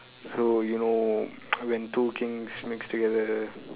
so you know when two kings mix together